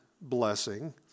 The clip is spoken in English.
blessing